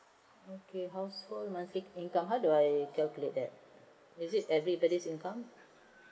okay household monthly income um how do I calculate that is it everybody's income